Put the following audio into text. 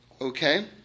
okay